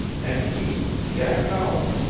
and he, jack howland,